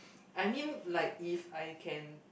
I mean like if I can